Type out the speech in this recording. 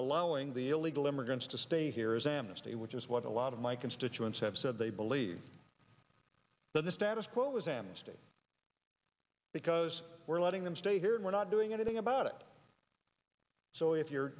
allowing the illegal immigrants to stay here is amnesty which is what a lot of my constituents have said they believe that the status quo is amnesty because we're letting them stay here and we're not doing anything about it so if your